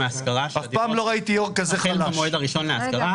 אף פעם לא ראיתי יושב ראש כזה חלש.